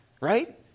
right